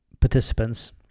participants